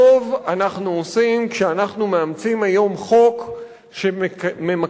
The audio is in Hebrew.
טוב אנחנו עושים כשאנחנו מאמצים היום חוק שממקם